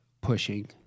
pushing